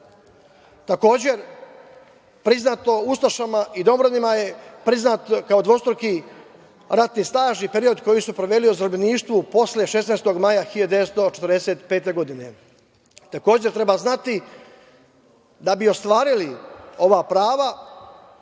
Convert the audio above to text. supruge. Takođe, priznato ustašama i domobranima je priznat kao dvostruke ratni staž, znači, period koji su proveli u zarobljeništvu posle 16. maja 1945. godine. Takođe, treba znati da bi ostvarili ova prava